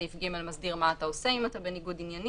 סעיף (ג) מסדיר מה אתה עושה אם אתה בניגוד עניינים.